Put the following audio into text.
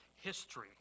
history